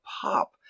pop